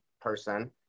person